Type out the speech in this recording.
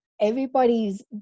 everybody's